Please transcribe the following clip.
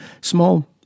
small